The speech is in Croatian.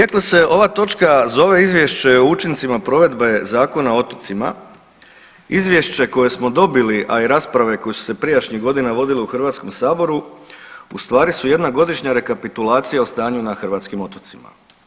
Iako se ova točka zove izvješće o učincima provedbe Zakona o otocima izvješće koje smo dobili, a i rasprave koje su se prijašnjih godina vodile u HS u stvari su jedna godišnja rekapitulacija o stanju na hrvatskim otocima.